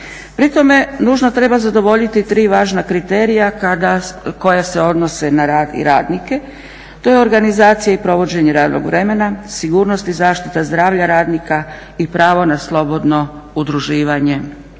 Pri tome nužno treba zadovoljiti tri važna kriterija koja se odnose na rad i radnike. To je organizacija i provođenje radnog vremena, sigurnost i zaštita zdravlja radnika i pravo na slobodno udruživanje